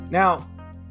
Now